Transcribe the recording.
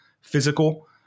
physical